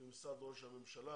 ממשרד ראש הממשלה.